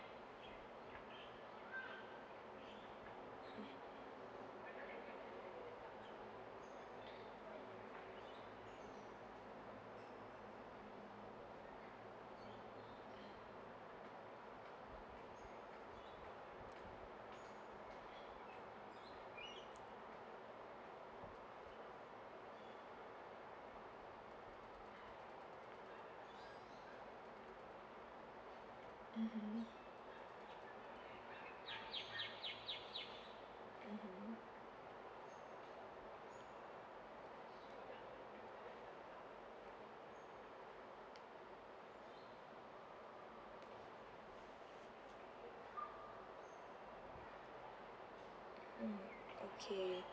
mmhmm mmhmm mm okay